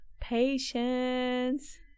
patience